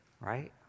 right